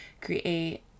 create